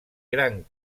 gran